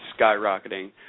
skyrocketing